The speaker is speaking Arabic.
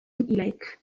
إليك